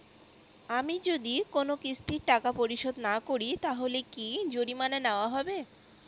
আমি যদি কোন কিস্তির টাকা পরিশোধ না করি তাহলে কি জরিমানা নেওয়া হবে?